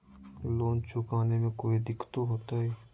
Loan चुकाने में कोई दिक्कतों होते?